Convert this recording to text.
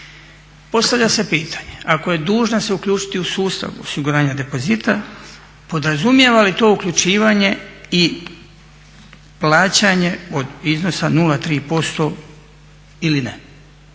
Postavlja se pitanje ako je dužna se uključiti u sustav osiguranja depozita podrazumijeva li to uključivanje i plaćanje od iznosa 0,3% ili ne.